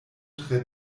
tre